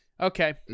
Okay